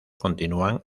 continúan